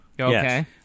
Okay